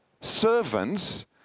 servants